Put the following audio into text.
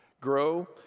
grow